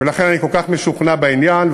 ולכן אני כל כך משוכנע בעניין,